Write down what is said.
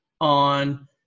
on